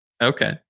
Okay